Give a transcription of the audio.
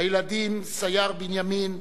הילדים, סייר-בנימין,